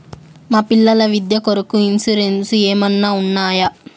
మా పిల్లల విద్య కొరకు ఇన్సూరెన్సు ఏమన్నా ఉన్నాయా?